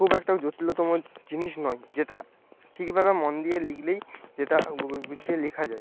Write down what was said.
খুব একটা জটিলতম জিনিস নয় যেটা ঠিক ভাবে মন দিয়ে লিখলেই যেটা গুছিয়ে লেখা যায়